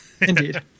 indeed